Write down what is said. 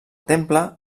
temple